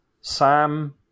Sam